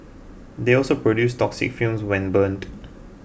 they also produce toxic fumes when burned